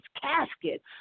casket